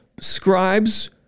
Scribes